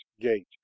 gate